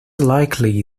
likely